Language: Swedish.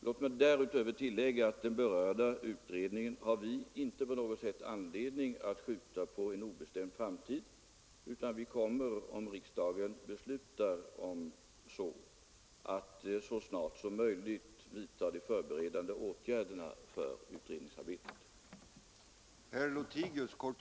Jag vill därutöver tillägga att den berörda utredningen har vi inte på något sätt anledning att skjuta på en obestämd framtid. Om riksdagen beslutar om en sådan, så kommer vi att så snart som möjligt vidta de förberedande åtgärderna för utredningsarbetet.